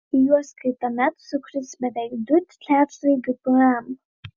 į juos kitąmet sukris beveik du trečdaliai gpm